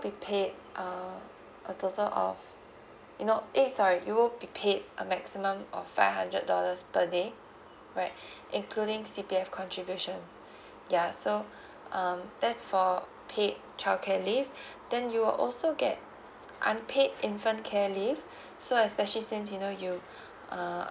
be paid uh a total of you know eh sorry you will be paid a maximum of five hundred dollars per day right including C_P_F contributions ya so um that's for paid child care leave then you will also get unpaid infant care leave so especially since you know you uh